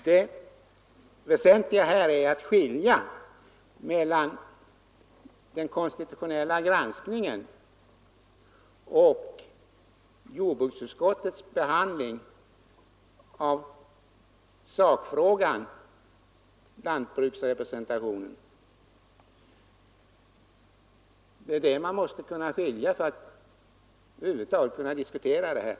Det väsentliga här är att skilja mellan den konstitutionella granskningen och jordbruksutskottets behandling av sakfrågan, nämligen lantbruksrepresentation. Den skillnaden måste man göra för att över huvud taget kunna diskutera denna sak.